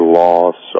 loss